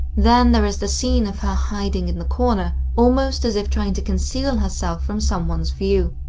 then there is the scene of her hiding in the corner almost as if trying to conceal herself from someone's view.